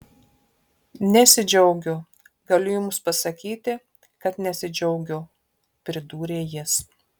nesidžiaugiu galiu jums pasakyti kad nesidžiaugiu pridūrė jis